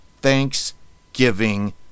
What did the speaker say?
thanksgiving